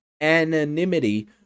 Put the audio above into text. anonymity